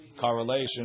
correlation